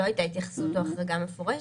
לא הייתה התייחסות או החרגה מפורשת.